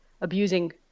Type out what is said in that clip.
abusing